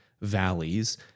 valleys